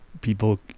people